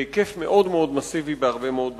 בהיקף מאוד מאוד מסיבי, בהרבה מאוד בתים.